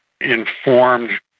informed